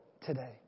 today